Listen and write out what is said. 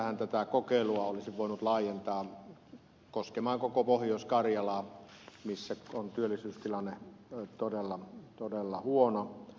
sinänsähän tätä kokeilua olisi voinut laajentaa koskemaan koko pohjois karjalaa missä työllisyystilanne on todella huono